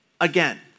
again